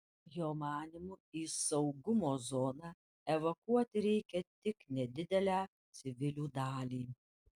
jo manymu į saugumo zoną evakuoti reikia tik nedidelę civilių dalį